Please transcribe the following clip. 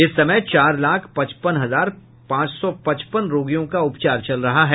इस समय चार लाख पचपन हजार पांच सौ पचपन रोगियों का उपचार चल रहा है